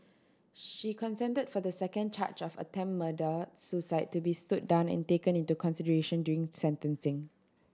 she consented for the second charge of attempted suicide to be stood down and taken into consideration during sentencing